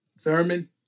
Thurman